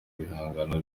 bihangano